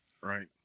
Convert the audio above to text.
Right